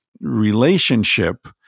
relationship